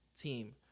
team